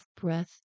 breath